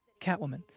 Catwoman